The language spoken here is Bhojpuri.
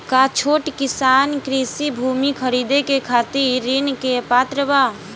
का छोट किसान कृषि भूमि खरीदे के खातिर ऋण के पात्र बा?